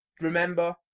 remember